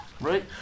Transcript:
Right